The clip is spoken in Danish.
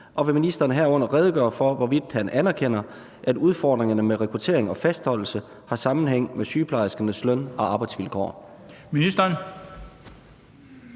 og vil ministeren herunder redegøre for, hvorvidt han anerkender, at udfordringerne med rekruttering og fastholdelse har sammenhæng med sygeplejerskernes løn- og arbejdsvilkår?